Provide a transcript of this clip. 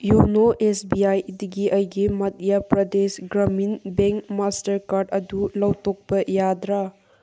YONO S B ꯑꯥꯏꯗꯒꯤ ꯑꯩꯒꯤ Madhya Pradesh Gramin bank master card ꯑꯗꯨ ꯂꯧꯊꯣꯛꯄ ꯌꯥꯗ꯭ꯔꯥ